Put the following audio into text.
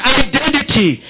identity